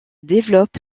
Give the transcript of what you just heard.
développe